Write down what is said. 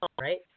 right